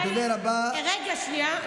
הדובר הבא, רגע, שנייה.